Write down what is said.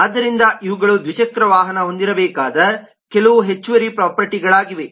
ಆದ್ದರಿಂದ ಇವುಗಳು ದ್ವಿಚಕ್ರ ವಾಹನವು ಹೊಂದಿರಬೇಕಾದ ಕೆಲವು ಹೆಚ್ಚುವರಿ ಪ್ರೊಪರ್ಟಿಗಳಾಗಿವೆ